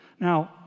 Now